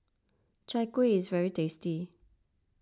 Chai Kuih is very tasty